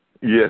Yes